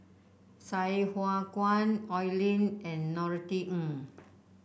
Sai Hua Kuan Oi Lin and Norothy Ng